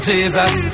Jesus